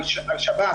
על שב"ס,